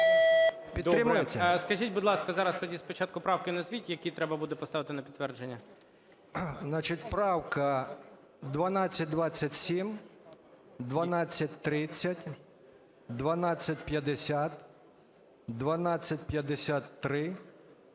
Добре. Скажіть, будь ласка, зараз тоді спочатку правки назвіть, які треба буде поставити на підтвердження. БУРМІЧ А.П. Значить, правки: 1227, 1230, 1250, 1253,